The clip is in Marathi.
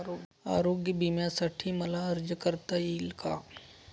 आरोग्य विम्यासाठी मला अर्ज करता येईल का?